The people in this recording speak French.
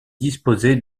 disposer